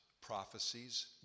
prophecies